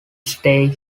stay